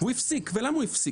הוא הפסיק, ולמה הוא הפסיק?